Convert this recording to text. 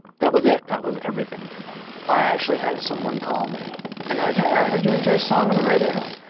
that was it. that was everything to them i actually had someone call me and they're like, hey, i heard you and joe's song on the radio.